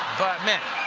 but men.